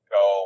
go